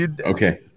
Okay